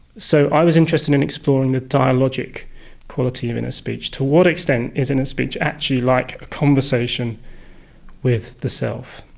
so i was interested in exploring the dialogic quality of inner speech. to what extent is inner speech actually like a conversation with the self?